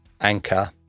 anchor